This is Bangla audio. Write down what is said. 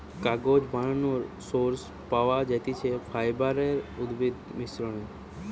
কাগজ বানানোর সোর্স পাওয়া যাতিছে ফাইবার আর উদ্ভিদের মিশ্রনে